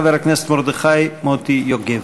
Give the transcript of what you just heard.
חבר הכנסת מרדכי מוטי יוגב.